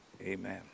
amen